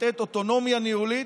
לתת אוטונומיה ניהולית,